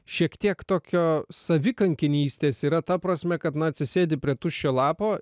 šiek tiek tokio savi kankinystės yra ta prasme kad na atsisėdi prie tuščio lapo